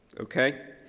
okay?